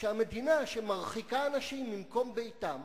שהמדינה שמרחיקה אנשים ממקום ביתם